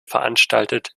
veranstaltet